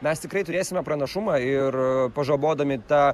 mes tikrai turėsime pranašumą ir pažabodami tą